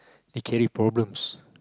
they carry problems